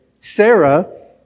Sarah